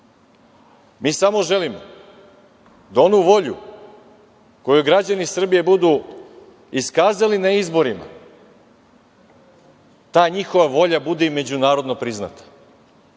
Mi samo želimo da onu volju koju građani Srbije budu iskazali na izborima ta njihova volja bude i međunarodno priznata. Ja